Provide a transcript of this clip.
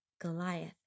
Goliath